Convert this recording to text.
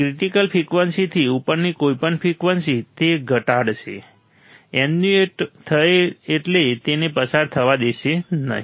critical ફ્રિકવન્સીથી ઉપરની કોઈપણ ફ્રિકવન્સી તે ઘટશે એટેન્યુએટ એટલે કે તેને પસાર થવા દેશે નહીં